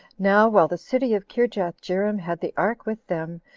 now while the city of kirjathjearim had the ark with them,